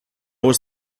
was